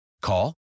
Call